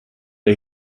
der